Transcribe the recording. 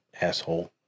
asshole